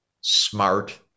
smart